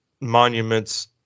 monuments